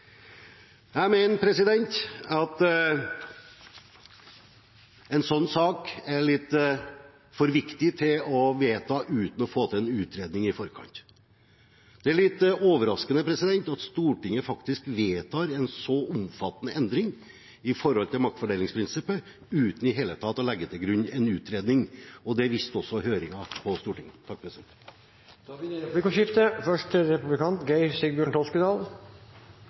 Jeg mener en slik sak er litt for å vedta uten å få til en utredning i forkant. Det er litt overraskende at Stortinget faktisk vedtar en så omfattende endring når det gjelder maktfordelingsprinsippet, uten i det hele tatt å legge til grunn en utredning, og det viste også høringen på Stortinget. Det blir replikkordskifte. Vi vet alle at saker blir